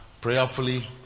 prayerfully